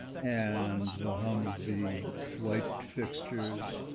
and the hum of the white fixtures,